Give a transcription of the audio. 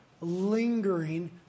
lingering